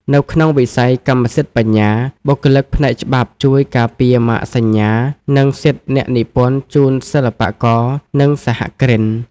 នៅក្នុងវិស័យកម្មសិទ្ធិបញ្ញា បុគ្គលិកផ្នែកច្បាប់ជួយការពារម៉ាកសញ្ញា និងសិទ្ធិអ្នកនិពន្ធជូនសិល្បករ និងសហគ្រិន។